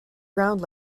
ground